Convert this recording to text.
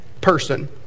person